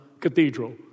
Cathedral